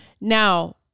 now